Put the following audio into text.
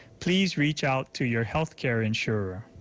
please reach out to your health-care insurer.